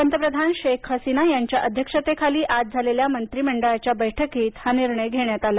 पंतप्रधान शेख हसीना यांच्या अध्यक्षतेखाली आज झालेल्या मंत्रिमंडळाच्या बैठकीत हा निर्णय घेण्यात आला